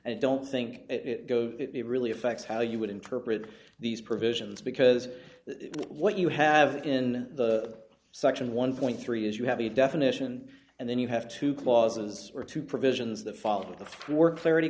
i don't think it goes it really affects how you would interpret these provisions because what you have in the section one point three is you have a definition and then you have two clauses or two provisions the following three work